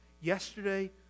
yesterday